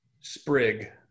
sprig